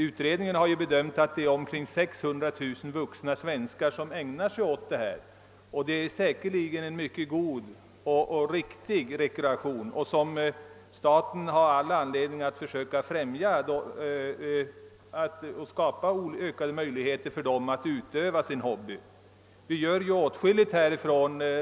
Utredningen har bedömt att omkring 600 000 vuxna svenskar ägnar sig åt fritidsfiske. Det är säkert en mycket bra och riktig rekreation som staten har all anledning att främja genom att skapa ökade möjligheter till fiske för dem som har det som hobby.